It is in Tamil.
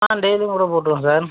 ஆ டெய்லியும் கூட போட்டுருவேன் சார்